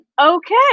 okay